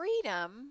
freedom